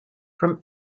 from